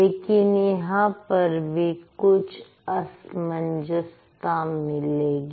लेकिन यहां पर भी कुछ असमंजसता मिलेगी